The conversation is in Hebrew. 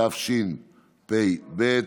התשפ"ב 2022,